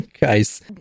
Guys